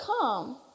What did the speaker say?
come